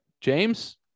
James